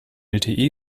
lte